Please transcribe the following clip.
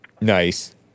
Nice